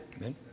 Amen